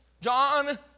John